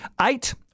Eight